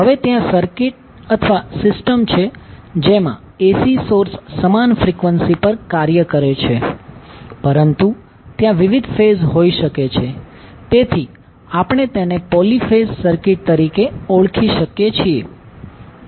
હવે ત્યાં સર્કિટ્સ અથવા સિસ્ટમ છે જેમાં AC સોર્સ સમાન ફ્રીક્વન્સી પર કાર્ય કરે છે પરંતુ ત્યાં વિવિધ ફેઝ હોઈ શકે છે તેથી આપણે તેને પોલીફેઝ સર્કિટ તરીકે ઓળખી શકીએ છીએ